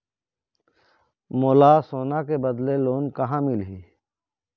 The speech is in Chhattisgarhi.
मोला सोना के बदले लोन कहां मिलही?